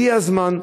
הגיע הזמן,